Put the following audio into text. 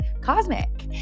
cosmic